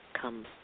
come